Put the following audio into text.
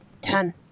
Ten